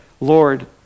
Lord